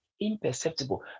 imperceptible